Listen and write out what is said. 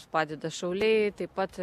padeda šauliai taip pat